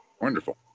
Wonderful